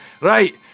Right